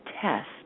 test